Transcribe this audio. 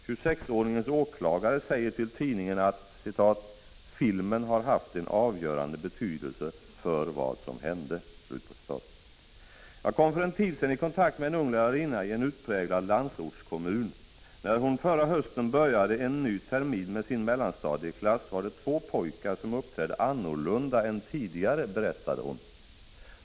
26-åringens åklagare säger till tidningen att ”filmen har haft en avgörande betydelse för vad som hände”. Jag kom för en tid sedan i kontakt med en ung lärarinna i en utpräglad landsortskommun. När hon förra hösten började en ny termin med sin mellanstadieklass var det två pojkar som uppträdde annorlunda än tidigare, id berättande hon.